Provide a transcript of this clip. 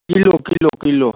kilo kilo kilo